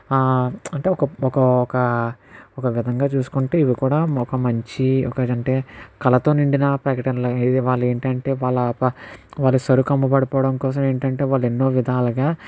అంటే ఒక ఒక ఒక విధంగా చూసుకుంటే ఇవి కూడా ఒక మంచి ఒకటి ఏంటి అంటే కళతో నిండిన ప్రకటనలు వాళ్ళు ఏంటి అంటే వాళ్ళ సరుకు అమ్ముబడి పోవడం కోసం ఏంటి అంటే వాళ్ళు ఎన్నో విధాలుగా